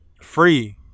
free